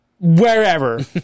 Wherever